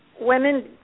Women